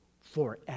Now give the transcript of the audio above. forever